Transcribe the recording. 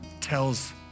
tells